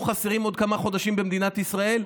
חסרים בעוד כמה חודשים במדינת ישראל?